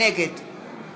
נגד